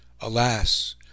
alas